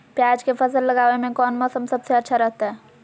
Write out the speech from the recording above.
प्याज के फसल लगावे में कौन मौसम सबसे अच्छा रहतय?